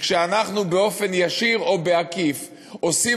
שכשאנחנו באופן ישיר או עקיף עושים